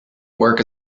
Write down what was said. work